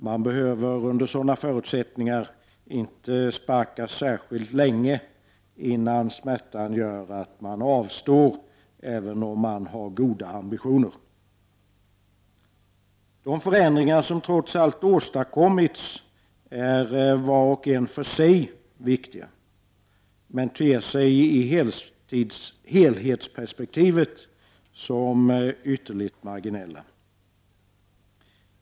Man behöver under sådana förutsättningar inte sparka särskilt länge innan smärtan gör att man avstår, även om man har goda ambitioner. De förändringar som trots allt åstadkommits är var och en för sig viktiga men ter sig i helhetsperspektivet som ytterligt marginella.